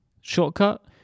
shortcut